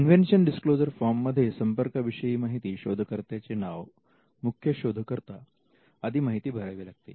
invention disclosure form मध्ये संपर्का विषयी माहिती शोधकर्त्या चे नाव मुख्य शोधकर्ता आदी माहिती भरावी लागते